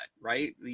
right